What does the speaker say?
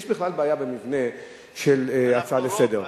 יש בכלל בעיה במבנה של הצעה לסדר.